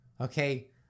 okay